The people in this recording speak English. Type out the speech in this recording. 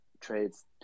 trades